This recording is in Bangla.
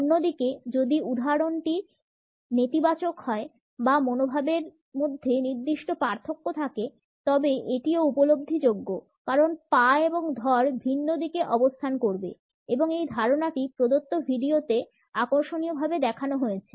অন্যদিকে যদি উদাহরণটি নেতিবাচক হয় বা মনোভাবের মধ্যে নির্দিষ্ট পার্থক্য থাকে তবে এটিও উপলব্ধিযোগ্য কারণ পা এবং ধড় ভিন্ন দিকে অবস্থান করবে এই ধারণাটি প্রদত্ত ভিডিওতে আকর্ষণীয়ভাবে দেখানো হয়েছে